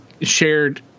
shared